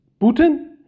putin